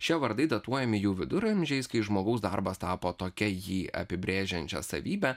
šie vardai dotuojami jų viduramžiais kai žmogaus darbas tapo tokia jį apibrėžiančia savybe